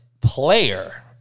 player